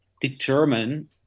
determine